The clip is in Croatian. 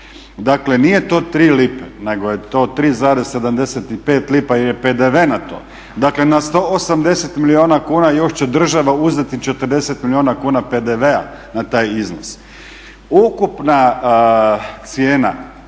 Dakle, nije to tri lipe nego je to 3,75 lipa je i PDV na to. Dakle, na 180 milijuna kuna još će država uzeti 40 milijuna kuna PDV-a na taj iznos. Ukupna cijena,